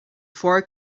four